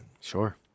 Sure